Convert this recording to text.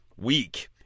weak